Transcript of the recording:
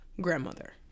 grandmother